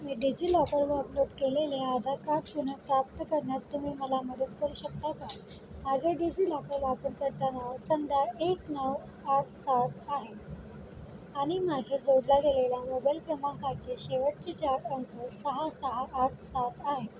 digi लॉकरवर upload केलेले आधार पुनर्प्राप्त करण्यात तुम्ही मला मदत करू शकता का माझे डिजि लॉकर वापरकर्ता नाव संध्या एक नऊ आठ सात आहे आणि माझ्या जोडल्या गेलेल्या मोबाईल क्रमांकाचे शेवटचे चार अंक सहा सहा आठ सात आहे